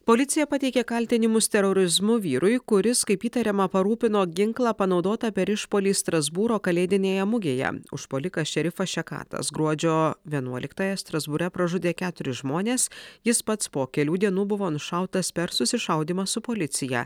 policija pateikė kaltinimus terorizmu vyrui kuris kaip įtariama parūpino ginklą panaudotą per išpuolį strasbūro kalėdinėje mugėje užpuolikas šerifas šekatas gruodžio vienuoliktąją strasbūre pražudė keturis žmones jis pats po kelių dienų buvo nušautas per susišaudymą su policija